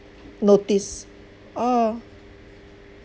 notice orh